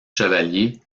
chevalier